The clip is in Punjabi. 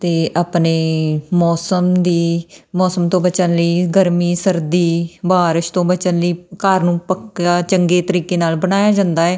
ਅਤੇ ਆਪਣੇ ਮੌਸਮ ਦੀ ਮੌਸਮ ਤੋਂ ਬਚਣ ਲਈ ਗਰਮੀ ਸਰਦੀ ਬਾਰਿਸ਼ ਤੋਂ ਬਚਣ ਲਈ ਘਰ ਨੂੰ ਪੱਕਾ ਚੰਗੇ ਤਰੀਕੇ ਨਾਲ ਬਣਾਇਆ ਜਾਂਦਾ ਹੈ